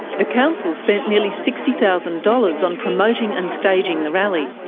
the council spent nearly sixty thousand dollars on promoting and staging the rally.